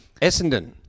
Essendon